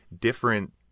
different